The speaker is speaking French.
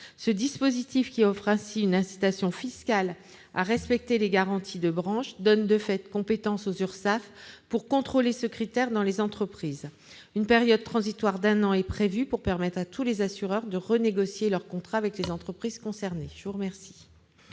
Ce dispositif, qui offre une incitation fiscale à respecter les garanties de branche, donne de fait compétence aux URSSAF pour contrôler le respect de ce critère dans les entreprises. Une période transitoire d'un an est prévue pour permettre à tous les assureurs de renégocier leurs contrats avec les entreprises concernées. La parole